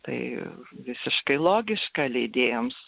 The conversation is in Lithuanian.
tai visiškai logiška leidėjams